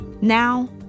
Now